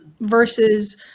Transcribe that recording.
Versus